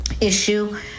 issue